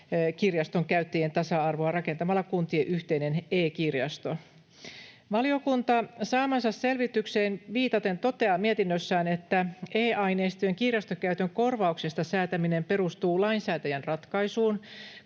kirjaston käyttäjien tasa-arvoa rakentamalla kuntien yhteinen e-kirjasto. Valiokunta saamaansa selvitykseen viitaten toteaa mietinnössään, että e-aineistojen kirjastokäytön korvauksesta säätäminen perustuu lainsäätäjän ratkaisuun,